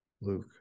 Luke